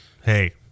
hey